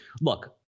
look